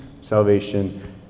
salvation